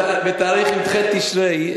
בתאריך י"ח בתשרי,